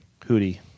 Hootie